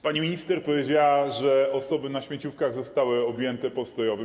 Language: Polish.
Pani minister powiedziała, że osoby na śmieciówkach zostały objęte postojowym.